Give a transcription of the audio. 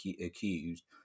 accused